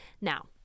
Now